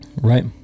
Right